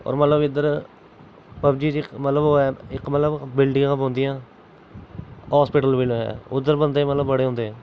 होर मतलब कि इद्धर पबजी मतलब ओह् ऐ इक मतलब बिलडिंगां पौंदियां हास्पिटल बी उद्धर बंदे मतलब बड़े होंदे